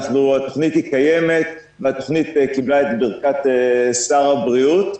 התוכנית קיימת והיא קיבלה את ברכת שר הבריאות.